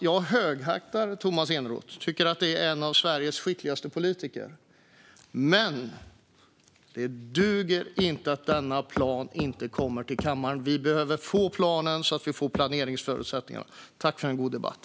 Jag högaktar Tomas Eneroth och tycker att han är en av Sveriges skickligaste politiker. Men det duger inte att denna plan inte kommer till kammaren. Vi behöver få planen så att vi får planeringsförutsättningarna. Tack för en god debatt!